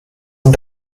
und